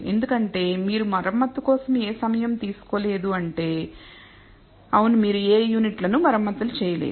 ఎందుకంటే మీరు మరమ్మతు కోసం ఏ సమయం తీసుకోలేదు అంటే అవును మీరు ఏ యూనిట్లను మరమ్మతులు చేయలేదు